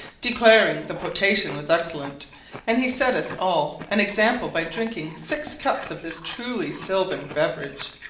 declaring the potation was excellent and he set us all an example by drinking six cups of this truly sylvan beverage.